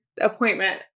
appointment